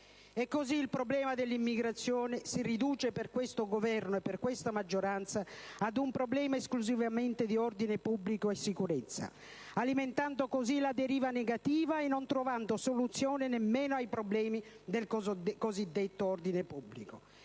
E così il problema dell'immigrazione si riduce per questo Governo e questa maggioranza ad un problema esclusivamente di ordine pubblico e sicurezza, alimentando così la deriva negativa e non trovando soluzione nemmeno ai problemi del cosiddetto ordine pubblico.